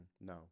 no